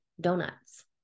donuts